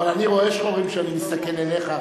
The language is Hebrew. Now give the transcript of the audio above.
אבל אני רואה שחורים כשאני מסתכל אליך,